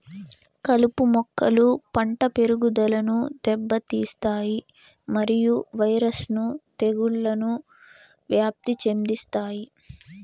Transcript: కలుపు మొక్కలు పంట పెరుగుదలను దెబ్బతీస్తాయి మరియు వైరస్ ను తెగుళ్లను వ్యాప్తి చెందిస్తాయి